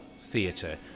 theatre